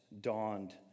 dawned